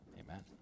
Amen